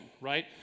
right